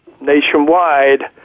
nationwide